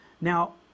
Now